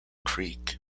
creek